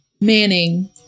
Manning